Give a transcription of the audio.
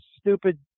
stupid –